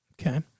Okay